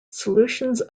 solutions